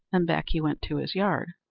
and back he went to his yard.